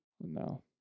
No